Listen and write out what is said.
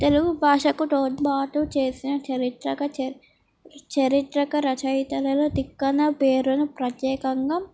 తెలుగు భాషకు తోడ్పాటు చేసిన చారిత్రక చ చారిత్రక రచయితలలో తిక్కన పేరున ప్రత్యేకంగా